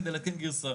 כדי לעדכן גרסה,